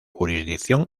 jurisdicción